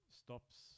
stops